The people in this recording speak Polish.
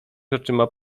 oczyma